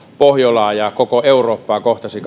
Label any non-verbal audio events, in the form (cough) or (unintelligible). pohjolaa ja koko eurooppaa kohtasi (unintelligible)